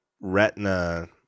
Retina